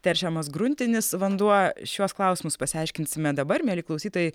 teršiamas gruntinis vanduo šiuos klausimus pasiaiškinsime dabar mieli klausytojai